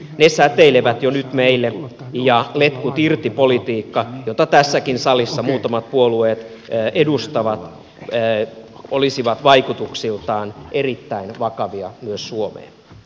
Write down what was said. ne säteilevät jo nyt meille ja letkut irti politiikka jota tässäkin salissa muutamat puolueet edustavat olisi vaikutuksiltaan erittäin vakava myös suomeen